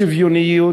השוויוניות.